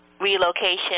relocation